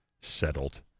settled